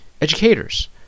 Educators